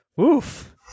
oof